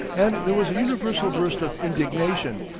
and there was a universal burst of indignation.